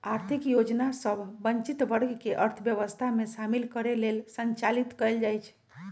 आर्थिक योजना सभ वंचित वर्ग के अर्थव्यवस्था में शामिल करे लेल संचालित कएल जाइ छइ